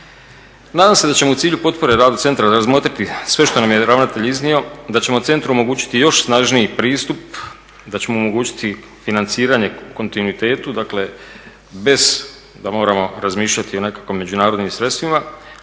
Nadam se da ćemo u cilju potpore radu centra razmotriti sve što nam je ravnatelj iznio, da ćemo centru omogućiti još snažniji pristup i da ćemo mu omogućiti financiranje u kontinuitetu, dakle bez da moramo razmišljati i o nekakvim međunarodnim sredstvima